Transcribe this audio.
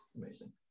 Amazing